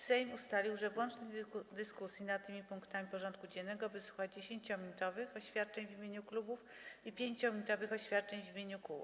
Sejm ustalił, że w łącznej dyskusji nad tymi punktami porządku dziennego wysłucha 10-minutowych oświadczeń w imieniu klubów i 5-minutowych oświadczeń w imieniu kół.